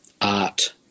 art